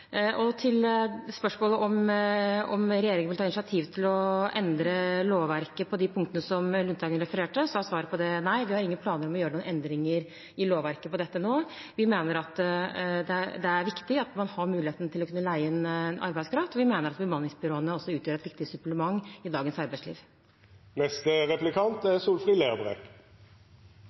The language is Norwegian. Til spørsmålet om regjeringen vil ta initiativ til å endre lovverket på de punktene som Lundteigen refererte, er svaret nei. Vi har ingen planer om å gjøre noen endringer i lovverket på det området nå. Vi mener det er viktig at man har muligheten til å kunne leie inn arbeidskraft, og vi mener at bemanningsbyråene utgjør et viktig supplement i dagens arbeidsliv. Eg er